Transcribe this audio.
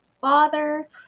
father